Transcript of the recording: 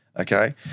okay